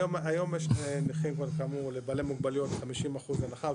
היום יש מחיר כאמור לבעלי מוגבלויות 50% הנחה,